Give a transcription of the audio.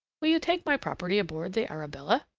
will you take my property aboard the arabella?